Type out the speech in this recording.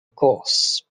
course